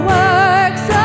works